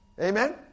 Amen